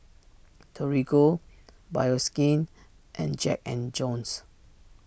Torigo Bioskin and Jack and Jones